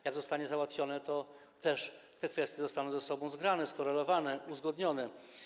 Jak zostanie załatwione, to te kwestie zostaną ze sobą zgrane, skorelowane, uzgodnione.